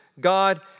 God